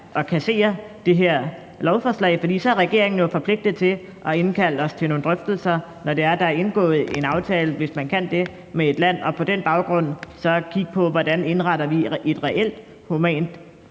at kassere det her lovforslag, for så er regeringen jo forpligtet til at indkalde os til nogle drøftelser, når der er indgået en aftale, hvis man kan, med et land, og på den baggrund så kigge på, hvordan vi indretter et reelt humant